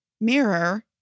mirror